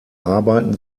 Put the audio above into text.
arbeiten